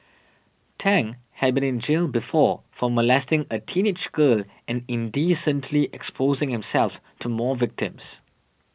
Tang had been in jail before for molesting a teenage girl and indecently exposing himself to more victims